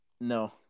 No